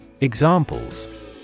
Examples